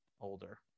older